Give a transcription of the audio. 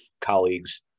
colleagues